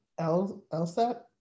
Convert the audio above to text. LSAT